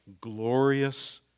glorious